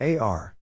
AR